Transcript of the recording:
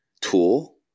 tool